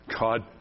God